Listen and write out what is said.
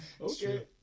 Okay